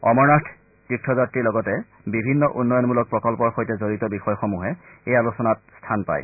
অমৰনাথ তীৰ্থযাত্ৰীৰ লগতে বিভিন্ন উন্নয়নমূলক প্ৰকল্পৰ সৈতে জড়িত বিষয়সমূহে এই আলোচনাত স্থান পায়